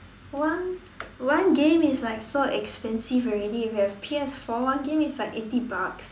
one one game is like so expensive already if you have P_S four one game is like eighty bucks